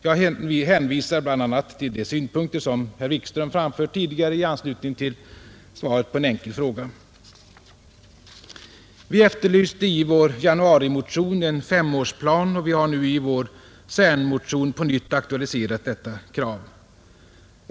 Jag hänvisar bl.a. till de synpunkter som herr Wikström framfört tidigare i anslutning till svaret på en enkel fråga. Vi efterlyste i vår januarimotion en femårsplan, och vi har nu i vår CERN-motion på nytt aktualiserat detta krav.